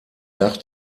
dach